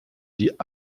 die